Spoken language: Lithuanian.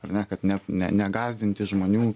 ar ne kad ne ne negąsdinti žmonių